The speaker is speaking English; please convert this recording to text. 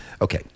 Okay